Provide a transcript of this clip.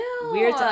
weird